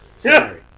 Sorry